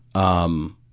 um,